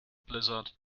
blizzard